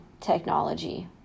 technology